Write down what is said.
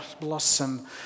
blossom